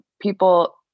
people